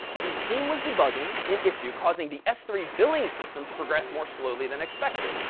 the team was debugging an issue causing the s three billing system to progress more slowly than expected.